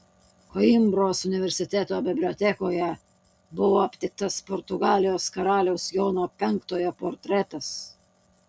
koimbros universiteto bibliotekoje buvo aptiktas portugalijos karaliaus jono penktojo portretas